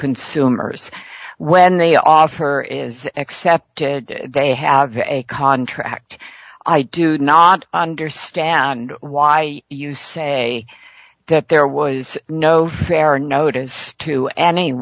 consumers when they offer is accepted they have a contract i do not understand why you say that there was no fair a notice to any